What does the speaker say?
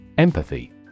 Empathy